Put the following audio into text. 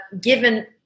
given